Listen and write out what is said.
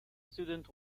student